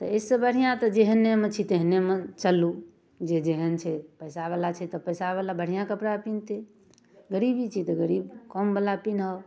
तऽ एहिसँ बढ़िआँ तऽ जेहनेमे छी तेहनेमे चलू जे जेहन छै पैसावला छै तऽ पैसावला बढ़िआँ कपड़ा पिन्हतै गरीबी छै तऽ गरीब कमवला पिन्हब